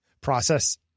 process